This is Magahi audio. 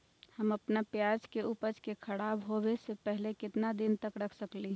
हम अपना प्याज के ऊपज के खराब होबे पहले कितना दिन तक रख सकीं ले?